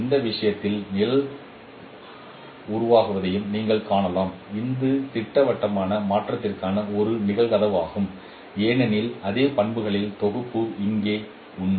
இந்த விஷயத்தில் நிழல் உருவாவதையும் நீங்கள் காணலாம் இது திட்டவட்டமான மாற்றத்திற்கான ஒரு நிகழ்வாகும் ஏனென்றால் அதே பண்புகளின் தொகுப்பு இங்கே உண்மை